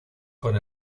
con